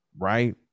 right